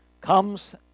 comes